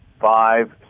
five